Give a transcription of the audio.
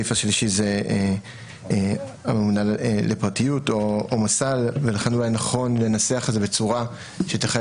בסעיף השלישי זה לפרטיות ולכן נכון לנסח את זה בצורה שתחייב